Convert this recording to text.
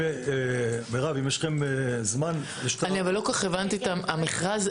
אני לא כל כך הבנתי למה המכרז.